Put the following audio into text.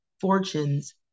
fortunes